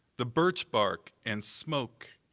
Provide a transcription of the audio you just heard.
the birch bark and smoke?